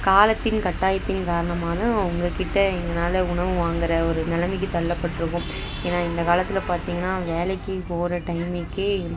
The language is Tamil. காலத்தின் கட்டாயத்தின் காரணமான உங்க கிட்ட எங்கனால உணவு வாங்குகிற ஒரு நிலமைக்கு தள்ள பட்டிருக்கோம் ஏன்னா இந்த காலத்தில் பார்த்தீங்கன்னா வேலைக்கு போகிற டைமிங்க்கு